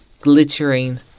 Glittering